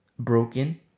broken